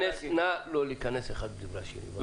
נא לא להיכנס אחד לדברי האחר, בבקשה.